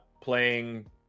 playing